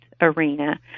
arena